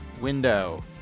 window